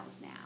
now